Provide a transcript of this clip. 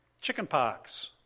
Chickenpox